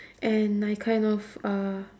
and I kind of uh